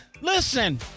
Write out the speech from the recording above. Listen